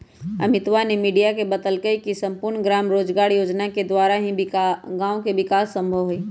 अमितवा ने मीडिया के बतल कई की सम्पूर्ण ग्राम रोजगार योजना के द्वारा ही गाँव के विकास संभव हई